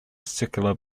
circular